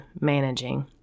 managing